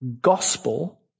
gospel